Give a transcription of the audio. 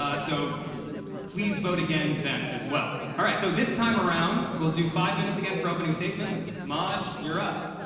ah so please vote again then, as well. all right, so, this time around, we'll do five minutes again for opening statements. maj, you're up.